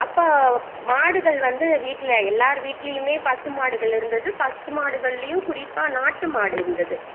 அப்போ மாடுகள் வந்து வீட்டில் எல்லாேர் வீட்லேயுமே பசு மாடுகள் இருந்தது பசு மாடுகள்லேயும் குறிப்பாக நாட்டு மாடு இருந்தது